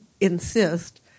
insist